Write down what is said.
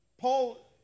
Paul